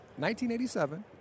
1987